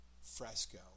fresco